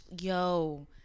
Yo